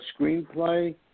screenplay